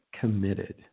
committed